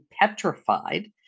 petrified